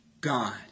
God